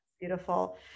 beautiful